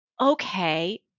Okay